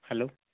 hello